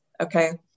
Okay